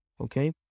okay